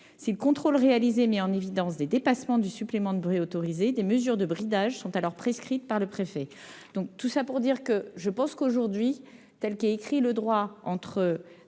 Si le contrôle réalisé met en évidence des dépassements du supplément de bruit autorisé, des mesures de bridage sont alors ordonnées par le préfet.